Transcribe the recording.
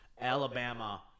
Alabama